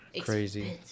crazy